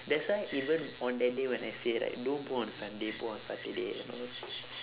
that's why even on that day when I say right don't put on Sunday put on Saturday you know